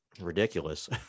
ridiculous